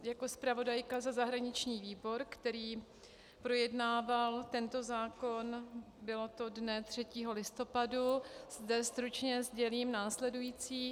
Jako zpravodajka za zahraniční výbor, který projednával tento zákon, bylo to dne 3. listopadu, zde stručně sdělím následující.